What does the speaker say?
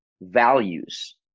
values